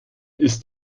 ist